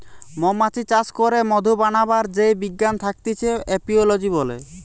মৌমাছি চাষ করে মধু বানাবার যেই বিজ্ঞান থাকতিছে এপিওলোজি বলে